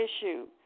issue